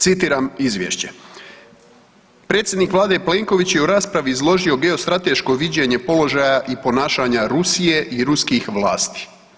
Citiram izvješće: „Predsjednik Vlade Plenković je u raspravi izložio geostrateško viđenje položaja i ponašanja Rusije i ruskih vlasti.